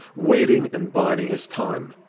waiting and biding his time.